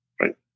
Right